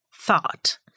thought